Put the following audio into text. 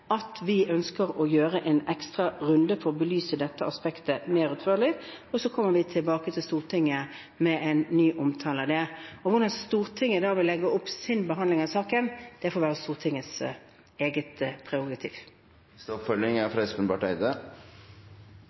at vi ønsker å ta en ekstra runde for å belyse dette aspektet mer utførlig. Så kommer vi tilbake til Stortinget med en ny omtale av det. Hvordan Stortinget da vil legge opp sin behandling av saken, får være Stortingets eget prerogativ.